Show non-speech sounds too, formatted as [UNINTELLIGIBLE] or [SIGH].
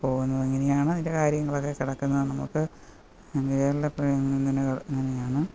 പോകുന്നത് ഇങ്ങനെയാണ് ഇതിൻ്റെ കാര്യങ്ങളൊക്കെ കിടക്കുന്നത് നമുക്ക് [UNINTELLIGIBLE] ഇങ്ങനെയാണ്